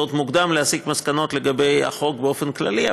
זה עוד מוקדם להסיק מסקנות לגבי החוק באופן כללי,